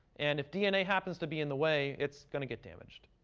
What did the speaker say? and if dna happens to be in the way, it's going to get damaged.